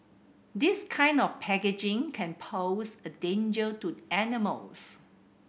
this kind of packaging can pose a danger to animals